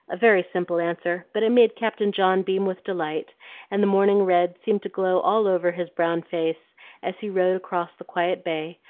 a very simple answer, but it made captain john beam with delight and the morning red seemed to glow all over his brown face as he rowed across the quiet bay,